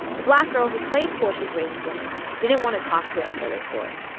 the black girl who played portia's waiting woman didn't want to talk to us for this story.